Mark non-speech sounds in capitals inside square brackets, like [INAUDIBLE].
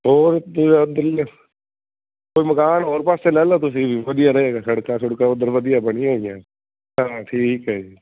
[UNINTELLIGIBLE] ਮਕਾਨ ਹੋਰ ਪਾਸੇ ਲੈ ਲਓ ਤੁਸੀਂ ਵੀ ਵਧੀਆ ਰਹੇਗਾ ਸੜਕਾਂ ਸੁੜਕਾਂ ਉੱਧਰ ਵਧੀਆ ਬਣੀਆਂ ਹੋਈਆਂ ਹਾਂ ਠੀਕ ਹੈ ਜੀ